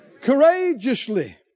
courageously